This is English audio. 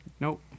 Nope